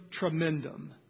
Tremendum